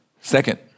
Second